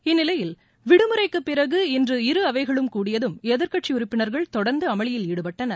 இந்நிலையில் விடுமுறைக்குப் பிறகு இன்று இருஅவைகளும் கூடியதும் எதிர்க்கட்சி உறுப்பினர்கள் தொடர்ந்து அமளியில் ஈடுபட்டனர்